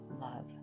love